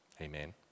Amen